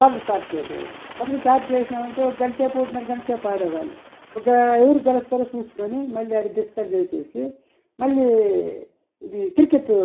kabaddi start చేసేవాళ్ళం kabaddi start చేసినామంటే గంటసేపు ఒకటిన్నర గంటసేపు ఆడేవాళ్ళం ఒక ఎవరు గెలుస్తారో చూసుకొని మళ్లీ అది డిస్కవర్ చేసేసి మళ్ళీ ఇది క్రికెట్టు